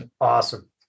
Awesome